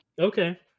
Okay